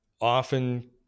often